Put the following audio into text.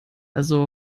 also